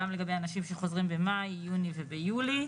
גם לגבי אנשים שחוזרים במאי יוני וביולי.